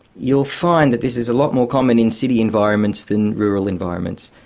you'll find that this is a lot more common in city environments than rural environments.